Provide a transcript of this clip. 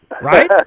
Right